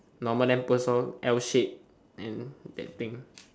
normal lamp post lor L shape and that thing